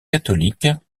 catholiques